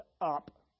up